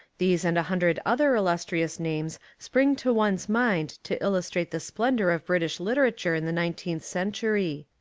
these and a hundred other illustrious names spring to one's mind to illus trate the splendour of british literature in the nineteenth century.